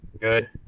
Good